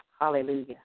Hallelujah